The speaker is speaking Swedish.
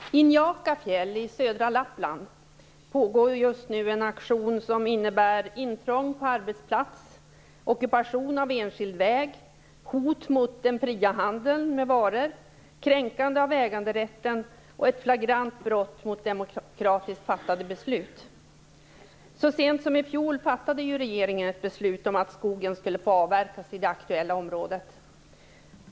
Fru talman! I Njaka fjäll i södra Lappland pågår just nu en aktion som innebär intrång på arbetsplats, ockupation av enskild väg, hot mot den fria handeln med varor, kränkande av äganderätten och ett flagrant brott mot demokratiskt fattade beslut. Så sent som i fjol fattade ju regeringen ett beslut om att skogen skulle få avverkas i det aktuella området.